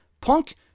Punk